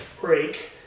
break